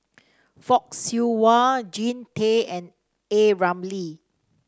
Fock Siew Wah Jean Tay and A Ramli